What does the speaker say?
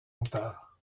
auteur